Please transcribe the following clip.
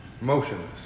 motionless